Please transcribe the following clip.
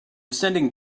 sending